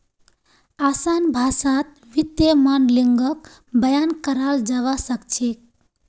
असान भाषात वित्तीय माडलिंगक बयान कराल जाबा सखछेक